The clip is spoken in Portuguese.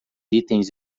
itens